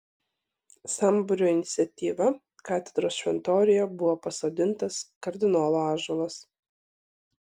sambūrio iniciatyva katedros šventoriuje buvo pasodintas kardinolo ąžuolas